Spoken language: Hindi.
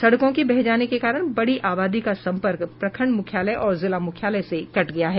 सड़कों के बह जाने के कारण बड़ी आबादी का संपर्क प्रखंड मुख्यालय और जिला मुख्यालय से कट गया है